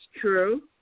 true